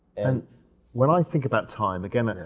and when i think about time, again,